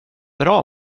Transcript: bra